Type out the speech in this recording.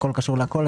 הכול קשור להכול,